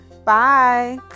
Bye